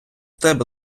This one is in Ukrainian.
тебе